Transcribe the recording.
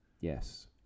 Yes